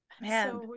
man